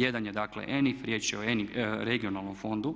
Jedan je dakle ENIF, riječ je o regionalnom fondu